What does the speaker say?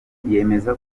yemeza